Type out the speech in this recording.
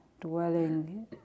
dwelling